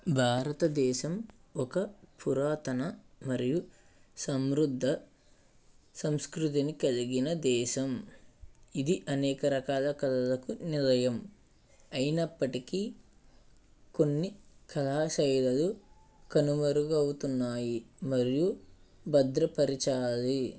భారతదేశం ఒక పురాతన మరియు సంవృద్ధ సంస్కృతిని కలిగిన దేశం ఇది అనేక రకాల కళలకు నిలయం అయినప్పటికీ కొన్ని కళా శైలులు కనుమరుగు అవుతున్నాయి మరియు భద్రపరిచాయి